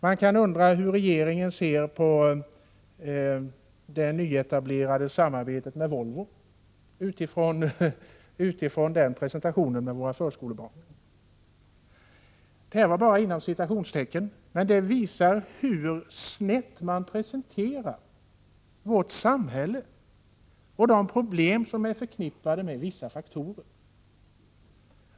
Man kan undra hur regeringen ser på det nyetablerade samarbetet med Volvo utifrån den här presentationen för våra förskolebarn. Detta visar hur snett man presenterar vårt samhälle och de problem som är förknippade med vissa faktorer.